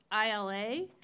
ILA